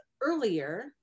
earlier